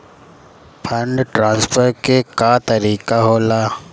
Fund transfer के का तरीका होला?